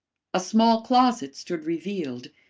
a small closet stood revealed,